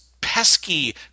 pesky